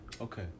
Okay